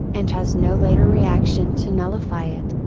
and has no later reaction to nullify it.